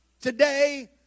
today